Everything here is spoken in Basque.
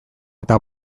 eta